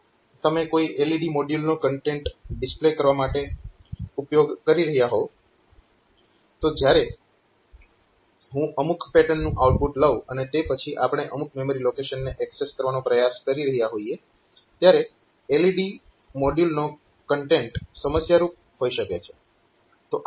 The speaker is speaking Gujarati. જો તમે કોઈ LED મોડ્યુલનો કન્ટેન્ટ ડિસ્પ્લે કરવા માટે ઉપયોગ કરી રહ્યાં હોવ તો જ્યારે હું અમુક પેટર્નનું આઉટપુટ લઉં અને તે પછી આપણે અમુક મેમરી લોકેશનને એક્સેસ કરવાનો પ્રયાસ કરી રહ્યા હોઈએ ત્યારે LED મોડ્યુલનું કન્ટેન્ટ સમસ્યારૂપ હોઈ શકે છે